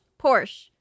Porsche